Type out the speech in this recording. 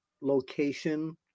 location